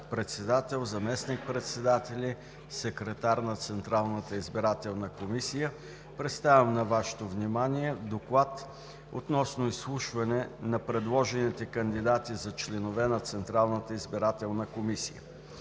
председател, заместник председатели и секретар на Централната избирателна комисия! Представям на Вашето внимание: „ДОКЛАД относно изслушване на предложените кандидати за членове на Централната избирателна комисия